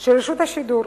של רשות השידור.